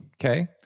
Okay